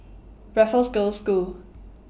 Raffles Girls' School